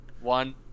one